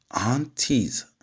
auntie's